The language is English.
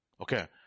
okay